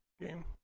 game